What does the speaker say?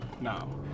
now